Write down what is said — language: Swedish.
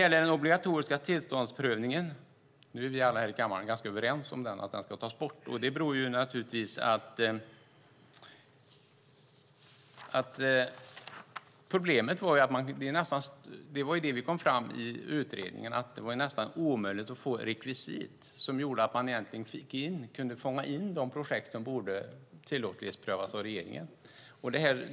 Alla vi här i kammaren är ganska överens om att den obligatoriska tillståndsprövningen ska tas bort. I utredningen kom det fram att det nästan är omöjligt att få rekvisit som gör att man kan fånga in de projekt som borde tillåtlighetsprövas av regeringen.